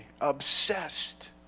obsessed